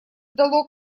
дало